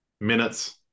Minutes